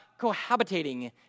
cohabitating